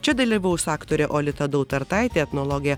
čia dalyvaus aktorė olita dautartaitė etnologė